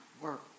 work